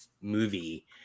movie